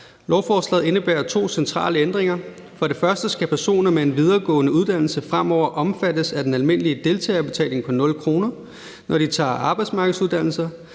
Lovforslaget indebærer to centrale ændringer. For det første skal personer med en videregående uddannelse fremover omfattes af den almindelige deltagerbetaling på 0 kr., når de tager arbejdsmarkedsuddannelser